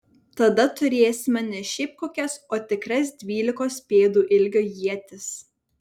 tada turėsime ne šiaip kokias o tikras dvylikos pėdų ilgio ietis